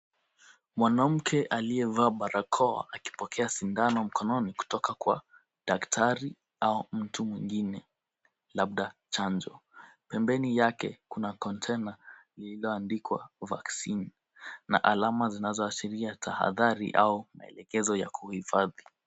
Mwanamke aliyevaa barakoa akipokea sindano mkononi, kutoka kwa daktari au mtu mwingine labda chanjo. Pembeni yake kuna kontena lililoandikwa vaccine na alama zinazoashiria tahadhari au maelekezo ya kuhifadhi.